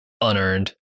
unearned